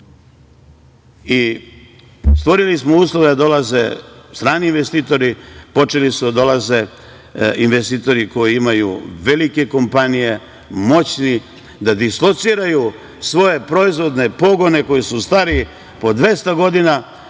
i stvorili smo uslove da dolaze strani investitori, počeli su da dolaze investitori koji imaju velike kompanije, moćni, da dislociraju svoje proizvodne pogone koji su stari po dvesta godina